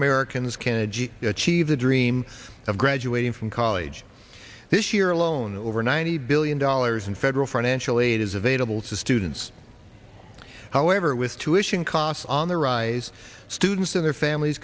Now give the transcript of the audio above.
americans can achieve the chiva dream of graduating from college this year alone over ninety billion dollars in federal financial aid is available to students however with tuitions costs on the rise students and their families